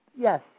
Yes